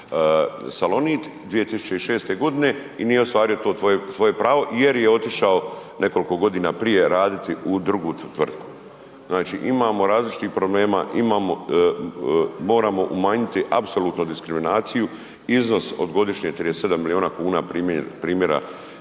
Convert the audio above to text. Salonit 2006.g. i nije ostvario to svoje pravo jer je otišao nekoliko godina prije raditi u drugu tvrtku. Znači, imamo različitih problema, imamo, moramo umanjiti apsolutno diskriminaciju, iznos od godišnje 37 milijuna kuna, primjera